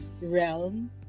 realm